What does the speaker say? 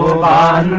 la